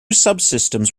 subsystems